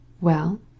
Well